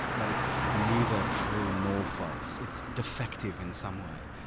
that it's neither true nor false, it's defective in some way.